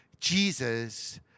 Jesus